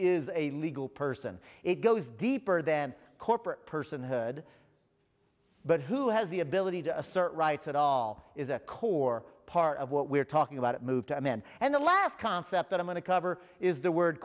is a legal person it goes deeper than corporate personhood but who has the ability to assert rights at all is a core part of what we're talking about it moved to a man and the last concept that i want to cover is the word